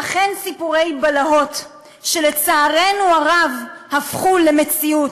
אכן סיפורי בלהות שלצערנו הרב הפכו למציאות.